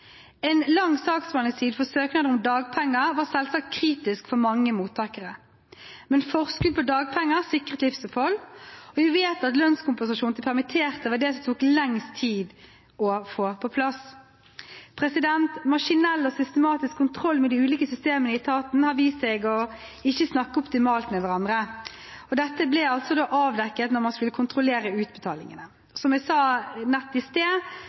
En lang saksbehandlingstid for søknader om dagpenger var selvsagt kritisk for mange mottakere, men forskudd på dagpenger sikret livsopphold. Vi vet at lønnskompensasjon til permitterte var det som tok lengst tid å få på plass. Maskinell og systematisk kontroll med de ulike systemene i etaten har vist seg å ikke snakke optimalt med hverandre, og dette ble avdekket da man skulle kontrollere utbetalingene. Som jeg sa i sted,